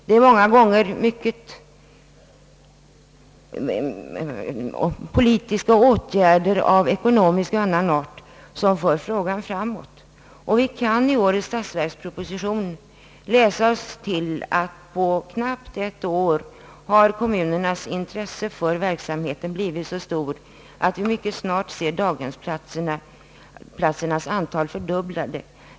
Det är många gånger politiska åtgärder av ekonomisk och annan art som för frågan framåt, och vi kan i årets statsverksproposition läsa oss till att på knappt ett år har kommunernas intresse för verksamheten blivit så stort att daghemsplatsernas antal snart är fördubblat.